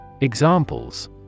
Examples